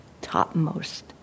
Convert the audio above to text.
topmost